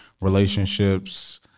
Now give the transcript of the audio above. relationships